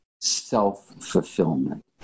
self-fulfillment